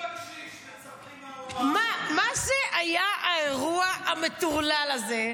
מה זה היה האירוע המטורלל הזה,